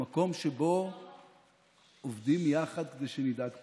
המקום שבו עובדים יחד כדי שנדאג פחות.